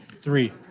three